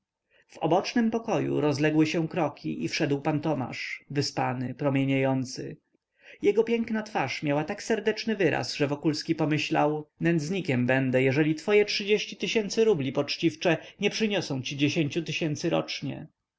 w obocznym pokoju rozległy się kroki i wszedł pan tomasz wyspany promieniejący jego piękna twarz miała tak serdeczny wyraz że wokulski pomyślał nędznikiem będę jeżeli twoje tysięcy rubli poczciwcze nie przyniosą ci dziesięciu tysięcy rocznie